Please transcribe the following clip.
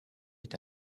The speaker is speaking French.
est